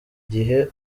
gihe